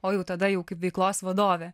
o jau tada jau kaip veiklos vadovė